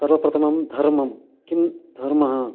सर्वप्रथमं धर्मं किं धर्मः